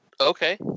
okay